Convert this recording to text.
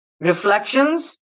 reflections